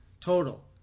total